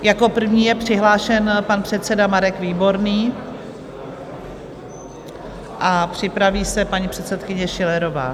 Jako první je přihlášen pan předseda Marek Výborný a připraví se paní předsedkyně Schillerová.